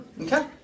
Okay